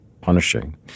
punishing